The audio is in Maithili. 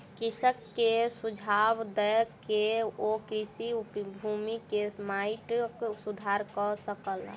कृषक के सुझाव दय के ओ कृषि भूमि के माइटक सुधार कय सकला